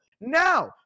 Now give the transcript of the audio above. now